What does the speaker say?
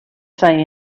say